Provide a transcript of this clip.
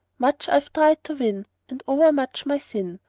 much i've tried to win and o'er much my sin,